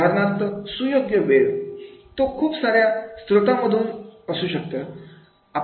उदाहरणार्थ सुयोग्य वेळ तो खूप सार्या स्त्रोतांमध्ये असू शकतो